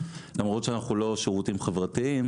למרות שאנחנו לא שירותים חברתיים.